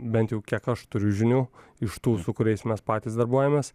bent jau kiek aš turiu žinių iš tų su kuriais mes patys darbuojamės